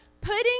putting